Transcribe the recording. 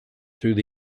through